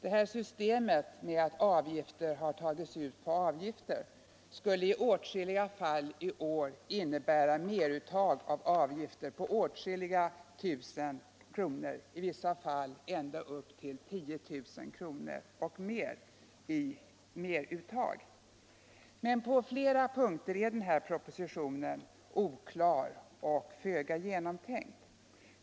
Ett system där avgifter på avgifter tas ut skulle i år i många fall innebära ett meruttag av avgifter på åtskilliga tusen kronor. På flera punkter är propositionen emellertid oklar och föga genomtänkt.